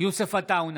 יוסף עטאונה,